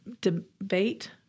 debate –